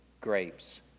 grapes